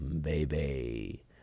baby